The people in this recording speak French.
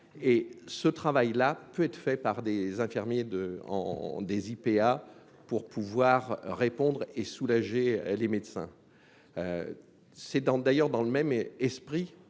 et ce travail là peut être fait par des infirmiers deux ans des IPA pour pouvoir répondre et soulager les médecins c'est dans d'ailleurs dans le même et esprit